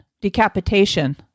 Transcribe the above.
Decapitation